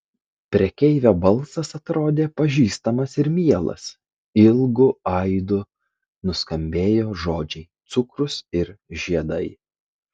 prekeivio balsas atrodė pažįstamas ir mielas ilgu aidu nuskambėjo žodžiai cukrus ir žiedai